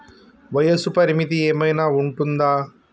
వయస్సు పరిమితి ఏమైనా ఉంటుందా?